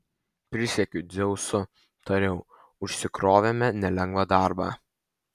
prisiekiu dzeusu tariau užsikrovėme nelengvą darbą